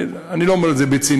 אני לא אומר את זה בציניות,